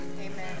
Amen